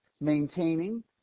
maintaining